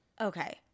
Okay